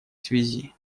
связи